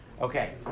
Okay